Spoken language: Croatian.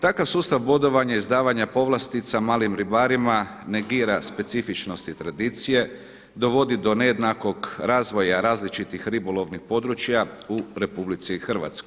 Takav sustav bodovanja, izdavanja povlastica malim ribarima negira specifičnosti tradicije, dovodi do nejednakog razvoja različitih ribolovnih područja u RH.